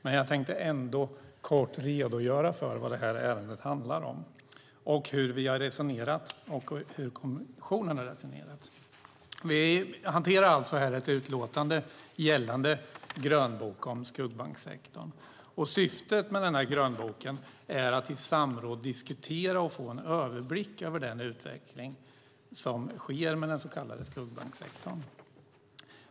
Men jag tänker kort redogöra för vad ärendet handlar om, hur vi har resonerat och hur kommissionen har resonerat. Vi hanterar alltså här ett utlåtande gällande en grönbok om skuggbanksektorn. Syftet med grönboken är att i samråd diskutera och få en överblick över den utveckling som sker i den så kallade skuggbanksektorn.